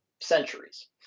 centuries